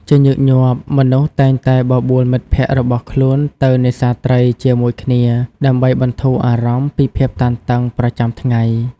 ជាញឹកញាប់ មនុស្សតែងតែបបួលមិត្តភក្តិរបស់ខ្លួនទៅនេសាទត្រីជាមួយគ្នាដើម្បីបន្ធូរអារម្មណ៍ពីភាពតានតឹងប្រចាំថ្ងៃ។